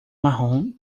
marrom